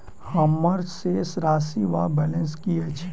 हम्मर शेष राशि वा बैलेंस की अछि?